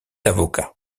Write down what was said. avocat